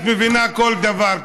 את מבינה כל דבר.